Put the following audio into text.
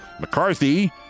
McCarthy